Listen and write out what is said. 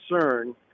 concern